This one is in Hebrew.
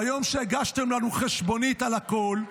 ביום שהגשתם לנו חשבונית על הכול,